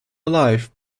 alive